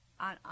on